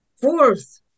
fourth